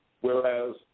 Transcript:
whereas